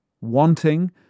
wanting